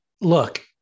look